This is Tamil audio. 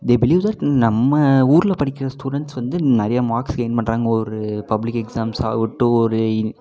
தே பிலியூவ் தட் நம்ம ஊரில் படிக்கிற ஸ்டூடண்ட்ஸ் வந்து நிறைய மார்க்ஸ் கெயின் பண்ணுறாங்க ஒரு பப்ளிக் எக்ஸாம்ஸ் ஆகட்டும் ஒரு